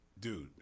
dude